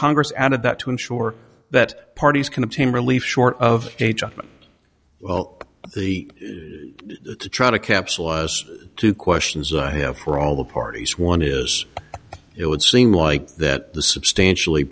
congress added that to ensure that parties can obtain relief short of the try to capsulize two questions i have for all the parties one is it would seem like that the substantially